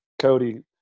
Cody